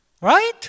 Right